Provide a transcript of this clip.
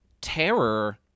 terror